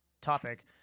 topic